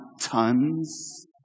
tons